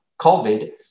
COVID